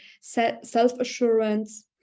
self-assurance